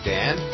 Dan